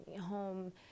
home